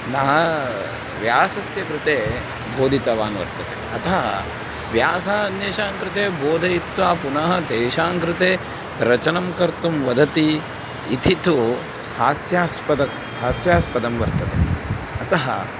न व्यासस्य कृते बोधितवान् वर्तते अतः व्यासः अन्येषां कृते बोधयित्वा पुनः तेषां कृते रचनं कर्तुं वदति इति तु हास्यास्पदं हास्यास्पदं वर्तते अतः